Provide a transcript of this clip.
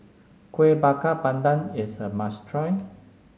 Kueh Bakar Pandan is a must try